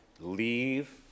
Leave